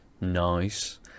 Nice